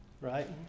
right